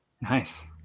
Nice